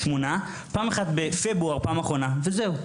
פעם אחת בפברואר פעם אחרונה וזהו,